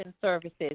services